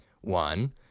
one